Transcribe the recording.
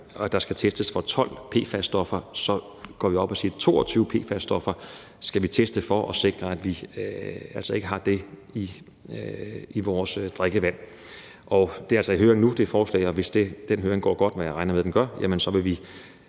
at der skal testes for 12 PFAS-stoffer, så går vi op og siger, at vi skal teste for 22 PFAS-stoffer for at sikre, at vi altså ikke har det i vores drikkevand. Det forslag er altså i høring nu, og hvis den høring går godt, hvad jeg regner med den gør, jamen så vil vi